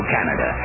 Canada